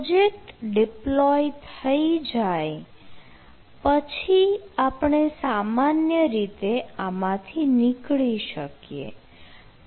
project deploy થઈ જાય પછી આપણે સામાન્ય રીતે આમાંથી નીકળી શકીએ